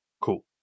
cool